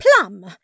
Plum